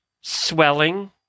swelling